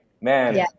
Man